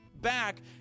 back